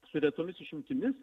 su retomis išimtimis